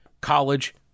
college